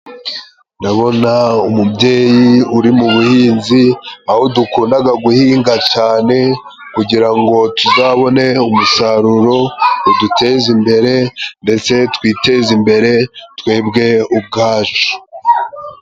Ndabona umubyeyi uri mu buhinzi, aho dukundaga guhinga cane kugira ngo tuzabone umusaruro udutezi imbere ndetse twiteze imbere twebwe ubwacu.